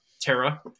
Terra